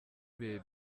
ibihe